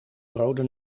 rode